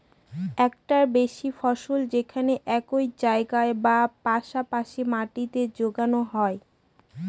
একটার বেশি ফসল যেখানে একই জায়গায় বা পাশা পাশি মাটিতে যোগানো হয়